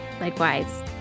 Likewise